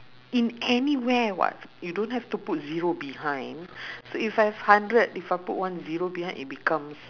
in anywhere [what] you don't have to put zero behind so if I have hundred if I put one zero behind it becomes